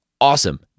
awesome